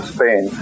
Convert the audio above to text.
Spain